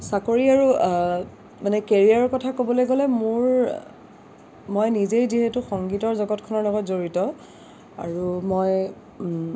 চাকৰি আৰু মানে কেৰিয়াৰ কথা ক'বলৈ গ'লে মোৰ মই নিজেই যিহেতু সংগীতৰ জগতখনৰ লগত জড়িত আৰু মই